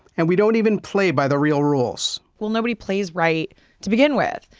and we don't even play by the real rules. well nobody plays right to begin with.